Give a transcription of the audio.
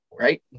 right